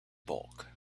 bulk